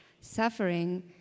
suffering